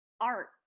art